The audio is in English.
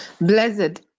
blessed